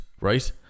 right